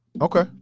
okay